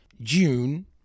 June